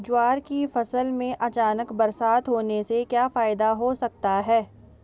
ज्वार की फसल में अचानक बरसात होने से क्या फायदा हो सकता है?